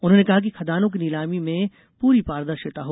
उन्होंने कहा कि खदानों की नीलामी में पूरी पारदर्शिता हो